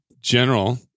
general